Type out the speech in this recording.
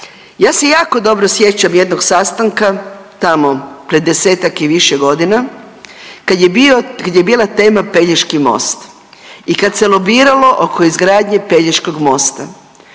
Ja se jako dobro sjećam jednog sastanka tamo pre 10-tak i više godina kad je bio, kad je bila tema Pelješki most i kad se lobiralo oko izgradnje Pelješkog mosta,